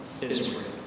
Israel